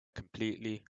completely